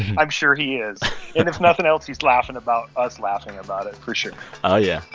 i'm sure he is. and if nothing else, he's laughing about us laughing about it for sure oh, yeah.